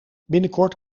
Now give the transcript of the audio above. binnenkort